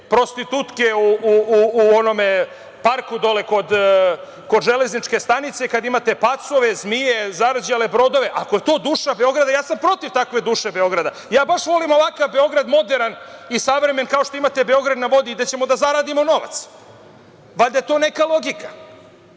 prostitutke u onom parku dole kod Železničke stanice, kad imate pacove, zmije, zarđale brodove. Ako je to duša Beograda, ja sam protiv takve duše Beograda. Ja baš volim ovakav Beograd, moderan i savremen, kao što imate „Beograd na vodi“ gde ćemo da zaradimo novac. Valjda je to neka logika.